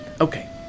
Okay